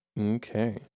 Okay